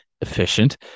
efficient